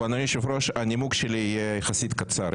אדוני היושב ראש, הנימוק שלי יהיה יחסית קצר.